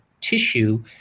tissue